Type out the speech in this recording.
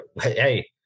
Hey